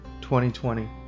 2020